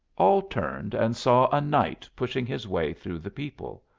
all turned and saw a knight pushing his way through the people.